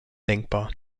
denkbar